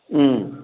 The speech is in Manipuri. ꯎꯝ